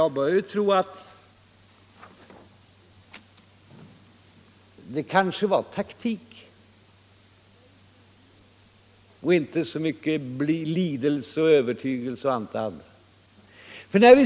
Men nu börjar jag tro att det kanske var taktik, inte så mycket lidelse och övertygelse och allt det andra.